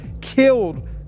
killed